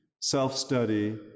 self-study